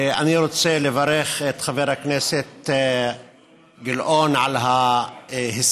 אני רוצה לברך את חבר הכנסת גילאון על ההישג.